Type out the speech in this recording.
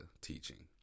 teaching